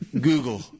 Google